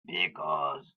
because